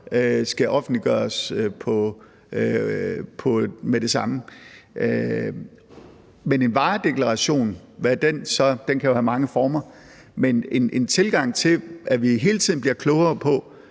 skal offentliggøres med det samme. Men en varedeklaration – den kan jo have mange former – en tilgang til, at vi hele tiden bliver klogere på,